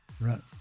Right